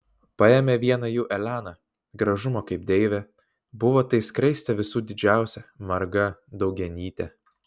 paėmė vieną jų elena gražumo kaip deivė buvo tai skraistė visų didžiausia marga daugianytė